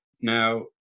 now